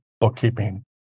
bookkeeping